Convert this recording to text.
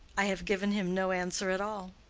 i have given him no answer at all.